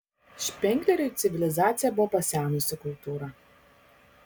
špengleriui civilizacija buvo pasenusi kultūra